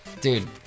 dude